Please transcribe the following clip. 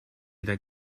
that